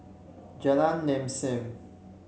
Jalan Lam Sam